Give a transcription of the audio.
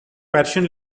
persian